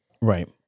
Right